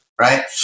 right